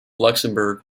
luxembourg